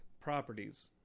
properties